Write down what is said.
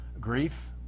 grief